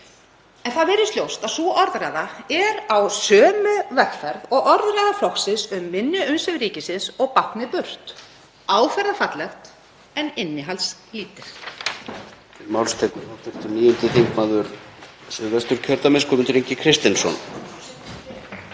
En það virðist ljóst að sú orðræða er á sömu vegferð og orðræða flokksins um minni umsvif ríkisins og báknið burt; áferðarfalleg en innihaldslítil.